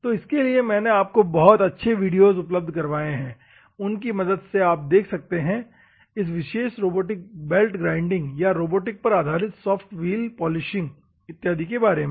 तो इसके लिए मैंने आपको बहुत अच्छे वीडियोज उपलब्ध करवाएं हैं उनकी मदद से आप देख सकते हैं इस विशेष रोबोटिक बेल्ट ग्राइंडिंग या रोबोटिक पर आधारित सॉफ्ट विल पॉलिशिंग इत्यादि के बारे में